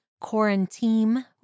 quarantine